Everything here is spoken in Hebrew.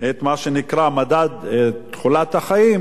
את מה שנקרא מדד תוחלת החיים.